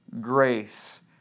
grace